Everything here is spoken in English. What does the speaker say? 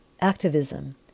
activism